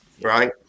Right